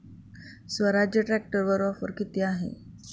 स्वराज्य ट्रॅक्टरवर ऑफर किती आहे?